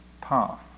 path